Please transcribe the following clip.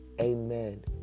Amen